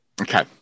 Okay